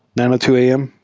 nine two am.